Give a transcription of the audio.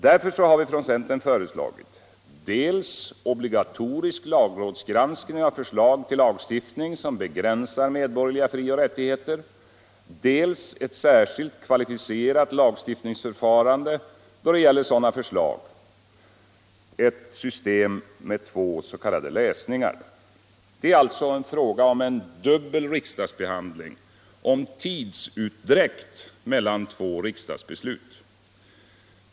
Därför har vi från centern föreslagit dels obligatorisk lagrådsgranskning av förslag till lagstiftning som begränsar medborgerliga frioch rättigheter, dels ett särskilt kvalificerat lagstiftningsförfarande då det gäller sådana förslag, ett system med två s.k. läsningar. Det är alltså fråga om en dubbel riksdagsbehandling, om tidsutdräkt mellan två riksdagsbeslut.